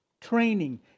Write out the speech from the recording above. training